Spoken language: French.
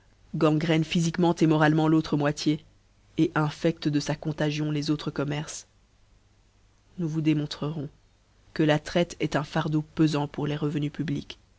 gangrène phyfiquement moralement l'autre moitié infeâe de fa contagion les autres commerces nous vous démontrerons que la traite eft un fardeau pefant pour les revenus publics